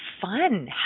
fun